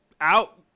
out